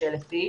35,000 איש.